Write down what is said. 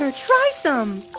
ah try some